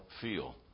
feel